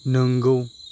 नोंगौ